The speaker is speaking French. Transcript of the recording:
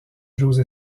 j’ose